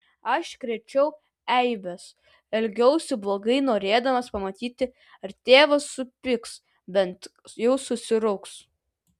aš krėčiau eibes elgiausi blogai norėdamas pamatyti ar tėvas supyks bent jau susirauks